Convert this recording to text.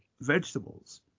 vegetables